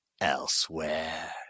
Elsewhere